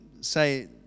say